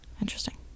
Interesting